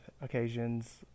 occasions